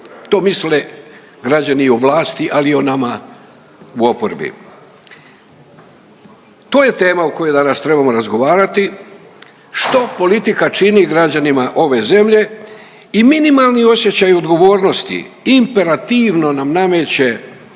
To misle građani o vlasti ali i o nama u oporbi. To je tema o kojoj danas trebamo razgovarati. Što politika čini građanima ove zemlje i minimalni osjećaj odgovornosti imperativno nam nameće